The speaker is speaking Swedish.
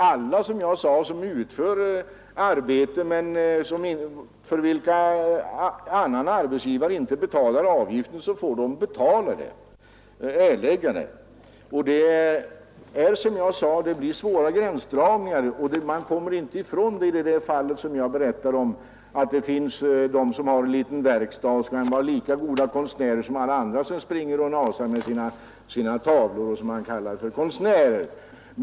Som jag sade får alla, som utför arbete för vilket annan arbetsgivare inte betalar arbetsgivaravgift, erlägga den. Man kommer inte ifrån att det annars skulle bli svåra gränsdragningar. Jag berättade ju om att det finns folk som har en liten verkstad och är lika mycket konstnärer som många andra vilka springer och nasar med sina tavlor och kallas konstnärer.